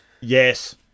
Yes